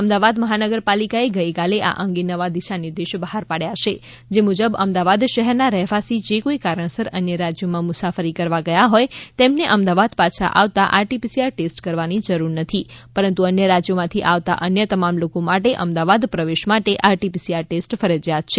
અમદાવાદ મહાનગરપાલિકાએ ગઇકાલે આ અંગે નવા દિશાનિર્દેશ બહાર પાડ્યા છે જે મુજબ અમદાવાદ શહેરના રહેવાસી જે કોઈ કારણસર અન્ય રાજ્યોમાં મુસાફરી કરવા ગયા હોય તેમને અમદાવાદ પાછા આવતા R T P C R test કરવાની જરૂર નથી પરંતુ અન્ય રાજ્યોમાંથી આવતા અન્ય તમામ લોકો માટે અમદાવાદ પ્રવેશ માટે R T P C R test ફરજિયાત છે